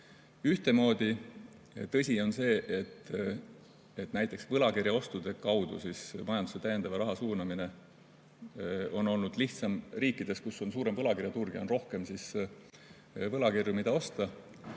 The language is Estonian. ühtemoodi. Tõsi on see, et näiteks võlakirjaostude kaudu majandusse täiendava raha suunamine on olnud lihtsam riikides, kus on suurem võlakirjade turg ja on rohkem võlakirju, mida osta.